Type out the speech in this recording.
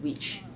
which